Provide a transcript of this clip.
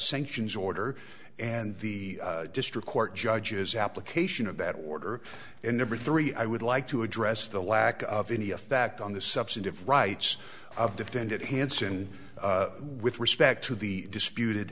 sanctions order and the district court judges application of that order and number three i would like to address the lack of any effect on the substantive rights of defendant hansen with respect to the disputed